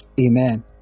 Amen